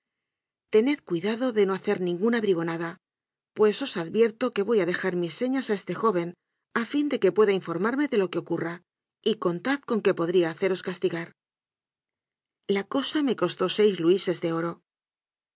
tened cuidado de no hacer ninguna bribona da pues os advierto que voy a dejar mis señas a este joven a fin de que pueda informarme de lo que ocurra y contad con que podría haceros castigar la cosa me costó seis luises de oro